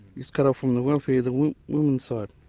just cut off from the welfare, the women's side,